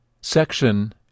Section